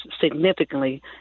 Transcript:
significantly